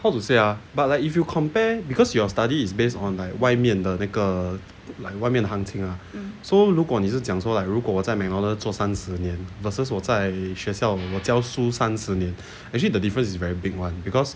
how to say ah but like if you compare because your study is based on like 外面的那个外面的行情 ah so 如果你是讲说 like 如果在 macdonalds 做三十年 versus 我在学校我教书三十年 actually the difference is very big [one] because